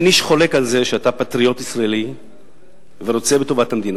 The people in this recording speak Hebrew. אין איש חולק על זה שאתה פטריוט ישראלי ורוצה בטובת המדינה.